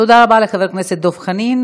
תודה רבה לחבר הכנסת דב חנין.